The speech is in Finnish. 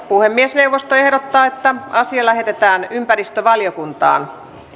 puhemiesneuvosto ehdottaa että asia lähetetään ympäristövaliokuntaan